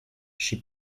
she